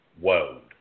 world